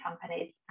companies